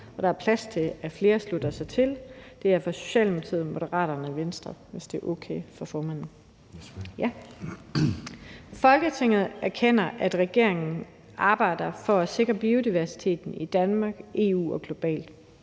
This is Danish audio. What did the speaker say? der er plads til, at flere slutter sig til. Det er fra Socialdemokratiet, Moderaterne og Venstre: Forslag til vedtagelse »Folketinget anerkender, at regeringen arbejder for at sikre biodiversiteten i Danmark, i EU og globalt.